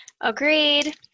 Agreed